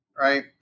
right